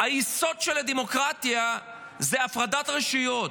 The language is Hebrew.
היסוד של הדמוקרטיה הוא הפרדת רשויות.